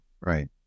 Right